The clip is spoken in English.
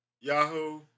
Yahoo